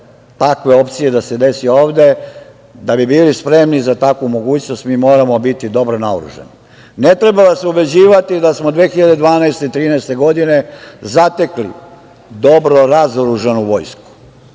takve opcije da se dese ovde, da bili spremni za takvu mogućnost mi moramo biti dobro naoružani. Ne treba vas ubeđivati da smo 2012, 2013. godine zatekli dobro razoružanu vojsku.